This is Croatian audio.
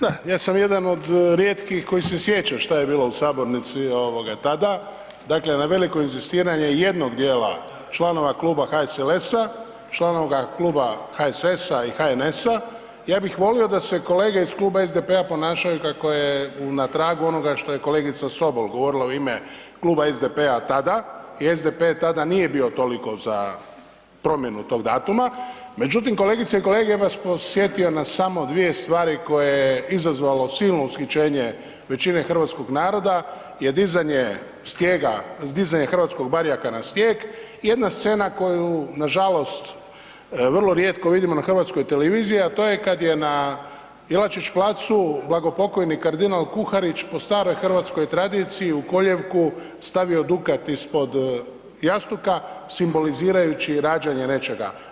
Da, ja sam jedan od rijetkih koji se sjeća šta je bilo u sabornici tada, dakle na veliko inzistiranje jednog djela članova kluba HSLS-a, članova kluba HSS-a i HNS-a, ja bih volio da se kolege iz kluba SDP-a ponašaju kako je na tragu onoga što je kolegica Sobol govorila u ime kluba SDP-a tada i SDP tada nije bio toliko za promjenu tog datuma međutim, kolegice i kolege, ja bih vas podsjetio na samo dvije stvari koje je izazvalo silno ushićenje većine hrvatskog naroda je dizanje stijega, dizanje hrvatskog barjaka na stijeg, jedna scena koju nažalost vrlo rijetko vidimo na HRT-u a to je kad je na Jelačić placu blagopokojni kardinal Kuharić po staroj hrvatskoj tradiciji, u kolijevku stavio dukat ispod jastuka simbolizirajući rađanje nečega.